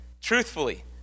truthfully